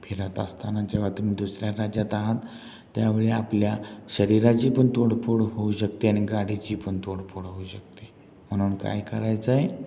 फिरत असताना जेव्हा तुम्ही दुसऱ्या राज्यात आहात त्यावेळी आपल्या शरीराची पण तोडफोड होऊ शकते आणि गाडीची पण तोडफोड होऊ शकते म्हणून काय करायचं आहे